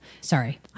Sorry